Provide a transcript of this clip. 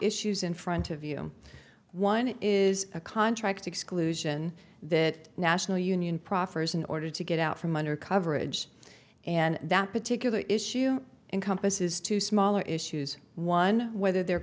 issues in front of you one is a contract exclusion that national union proffers in order to get out from under coverage and that particular issue encompasses two smaller issues one whether the